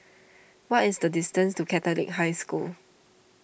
what is the distance to Catholic High School